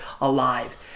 alive